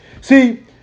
See